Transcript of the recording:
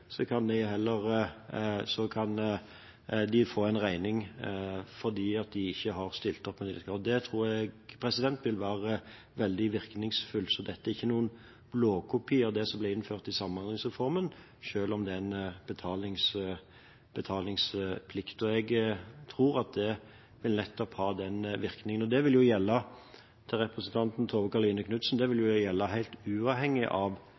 kan de få en regning, fordi de ikke har stilt opp. Det tror jeg vil være veldig virkningsfullt. Det er ikke noen blåkopi av det som ble innført i samhandlingsreformen, selv om det er en betalingsplikt. Jeg tror at det vil ha nettopp den virkningen. Til representanten Tove Karoline Knutsen: Dette vil gjelde helt uavhengig av